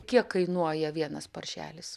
kiek kainuoja vienas paršelis